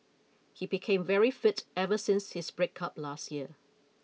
he became very fit ever since his breakup last year